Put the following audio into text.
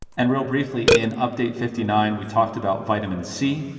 and real briefly, in update fifty nine, we talked about vitamin c,